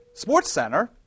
SportsCenter